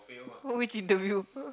which interview